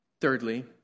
Thirdly